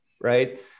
right